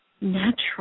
natural